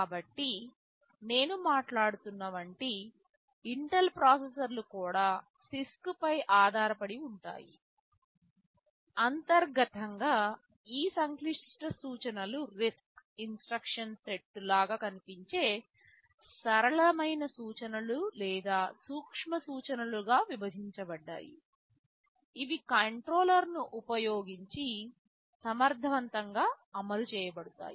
కాబట్టి నేను మాట్లాడుతున్న వంటి ఇంటెల్ ప్రాసెసర్లు కూడా CISC పై ఆధారపడి ఉంటాయి అంతర్గతంగా ఈ సంక్లిష్ట సూచనలు RISC ఇన్స్ట్రక్షన్ సెట్ లాగా కనిపించే సరళమైన సూచనలు లేదా సూక్ష్మ సూచనలుగా విభజించబడ్డాయి ఇవి కంట్రోలర్ ను ఉపయోగించి సమర్థవంతంగా అమలు చేయబడతాయి